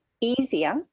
easier